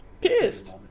Pissed